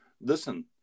listen